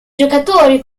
giocatori